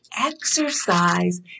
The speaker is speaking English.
exercise